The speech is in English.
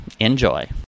Enjoy